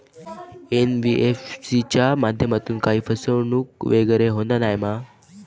NBFC च्या माध्यमातून काही फसवणूक वगैरे होना नाय मा?